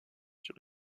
sur